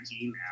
email